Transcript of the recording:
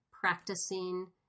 practicing